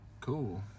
Cool